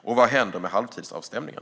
Och vad händer med halvtidsavstämningen?